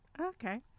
Okay